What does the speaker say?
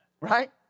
Right